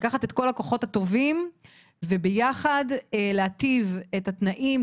לקחת את כל הכוחות הטובים וביחד להטיב את התנאים,